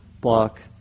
block